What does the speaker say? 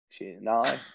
No